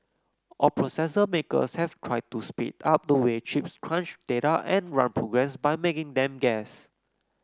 all processor makers have tried to speed up the way chips crunch data and run programs by making them guess